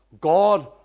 God